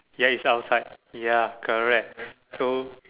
ya he's outside ya correct so